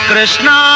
Krishna